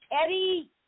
Eddie